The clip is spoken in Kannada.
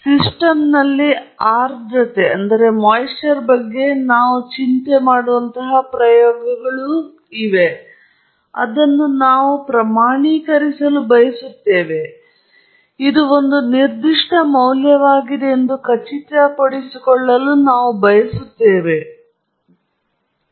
ಸಿಸ್ಟಮ್ನಲ್ಲಿ ಆರ್ದ್ರತೆ ಬಗ್ಗೆ ನಾವು ಚಿಂತೆ ಮಾಡುವಂತಹ ಪ್ರಯೋಗಗಳು ಇವೆ ಮತ್ತು ಅದನ್ನು ನಾವು ಪ್ರಮಾಣೀಕರಿಸಲು ಬಯಸುತ್ತೇವೆ ಅಥವಾ ಇದು ಒಂದು ನಿರ್ದಿಷ್ಟ ಮೌಲ್ಯವಾಗಿದೆ ಎಂದು ಖಚಿತಪಡಿಸಿಕೊಳ್ಳಲು ನಾವು ಬಯಸುತ್ತೇವೆ ಅಥವಾ ಇದು ಒಂದು ನಿರ್ದಿಷ್ಟ ಮೌಲ್ಯ ಎಂದು ನಾವು ಹೇಳಿಕೊಳ್ಳಬೇಕು